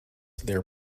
their